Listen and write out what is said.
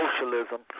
socialism